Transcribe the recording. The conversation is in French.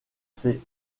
ses